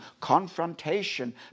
confrontation